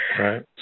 right